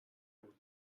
بود